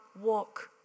walk